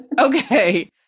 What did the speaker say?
Okay